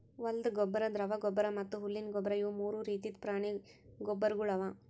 ಹೊಲ್ದ ಗೊಬ್ಬರ್, ದ್ರವ ಗೊಬ್ಬರ್ ಮತ್ತ್ ಹುಲ್ಲಿನ ಗೊಬ್ಬರ್ ಇವು ಮೂರು ರೀತಿದ್ ಪ್ರಾಣಿ ಗೊಬ್ಬರ್ಗೊಳ್ ಅವಾ